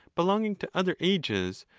belonging to other ages,